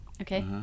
Okay